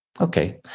okay